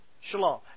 Shalom